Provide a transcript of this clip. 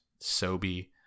Sobe